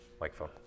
microphone